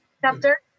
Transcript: Chapter